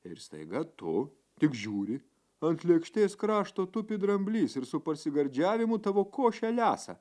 ir staiga tu tik žiūri ant lėkštės krašto tupi dramblys ir su pasigardžiavimu tavo košę lesa